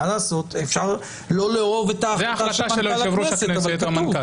אפשר לא לאהוב את ההחלטה של מנכ"ל הכנסת אבל זה החוק.